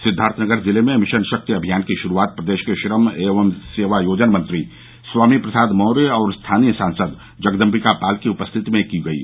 सिद्वार्थनगर जिले में मिशन शक्ति अभियान की शुरूआत प्रदेश के श्रम एवं सेवायोजन मंत्री स्वामी प्रसाद मौर्य और स्थानीय सांसद जगदम्बिका पाल की उपस्थित में की गयी